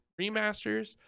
remasters